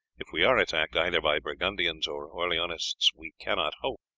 if we are attacked either by burgundians or orleanists, we cannot hope,